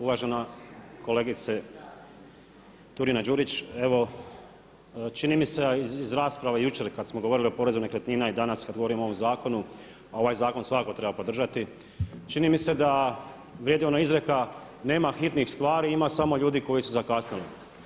Uvažena kolegice Turina-Đurić, evo čini mi se a evo i iz rasprava jučer kada smo govorili o porezu nekretnina i danas kada govorimo o ovom zakonu a ovaj zakon svakako treba podržati, čini mi se da vrijedi ona izreka, nema hitnih stvari, ima samo ljudi koji su zakasnili.